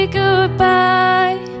goodbye